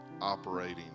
operating